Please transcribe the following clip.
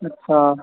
ਅੱਛਾ